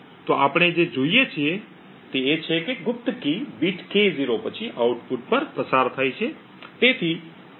તો આપણે જે જોઈએ છીએ તે છે કે ગુપ્ત કી બીટ K0 પછી આઉટપુટ પર પસાર થાય છે